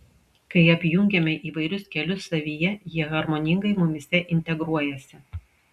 kai apjungiame įvairius kelius savyje jie harmoningai mumyse integruojasi